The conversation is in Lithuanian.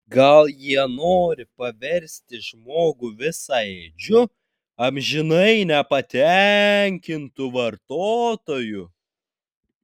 gal jie nori paversti žmogų visaėdžiu amžinai nepatenkintu vartotoju